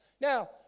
Now